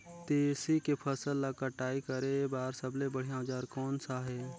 तेसी के फसल ला कटाई करे बार सबले बढ़िया औजार कोन सा हे?